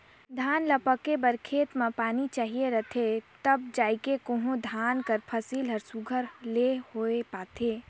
धान ल पाके बर खेत में पानी चाहिए रहथे तब जाएके कहों धान कर फसिल हर सुग्घर ले होए पाथे